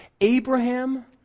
Abraham